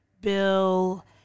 Bill